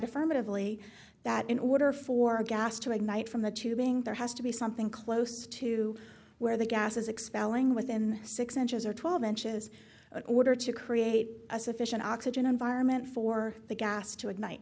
affirmatively that in order for a gas to ignite from the tubing there has to be something close to where the gases expelling within six inches or twelve inches order to create a sufficient oxygen environment for the gas to ignite